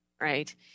right